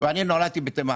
ואני נולדתי בתימן,